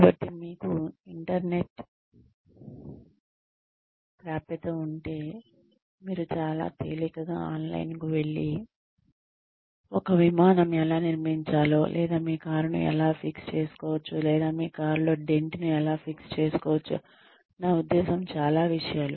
కాబట్టి మీకు ఇంటర్నెట్కు ప్రాప్యత ఉంటే మీరు చాలా తేలికగా ఆన్లైన్కు వెళ్లి ఒక విమానం ఎలా నిర్మించాలో లేదా మీ కారును ఎలా ఫిక్స్ చేసుకోవచ్చు లేదా మీ కారులో డెంట్ ను ఎలా ఫిక్స్ చేసుకోవచ్చు నా ఉద్దేశ్యం చాలా విషయాలు